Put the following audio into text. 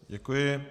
Děkuji.